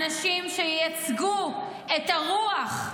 אנשים שייצגו את הרוח,